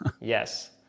Yes